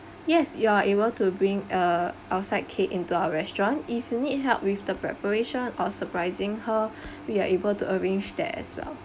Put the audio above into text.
yes you are able to bring a outside cake into our restaurant if you need help with the preparation or surprising her we are able to arrange that as well